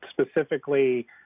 specifically –